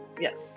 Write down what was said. Yes